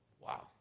Wow